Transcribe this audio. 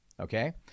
Okay